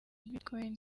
bitcoin